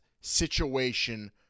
situation